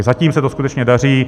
Zatím se to skutečně daří.